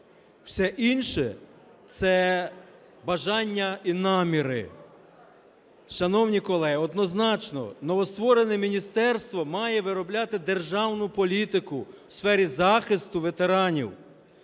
Все інше – це бажання і наміри. Шановні колеги, однозначно, новостворене міністерство має виробляти державну політику у сфері захисту ветеранів,